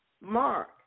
Mark